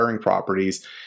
properties